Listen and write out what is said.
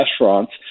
restaurants